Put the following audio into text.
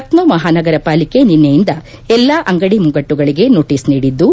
ಲಖನೌ ಮಹಾನಗರ ಪಾಲಿಕೆ ನಿನ್ನೆಯಿಂದ ಎಲ್ಲಾ ಅಂಗಡಿ ಮುಂಗಟ್ಟುಗಳಿಗೆ ನೋಟಸ್ ನೀಡಿದ್ದು